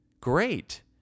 great